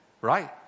right